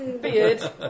Beard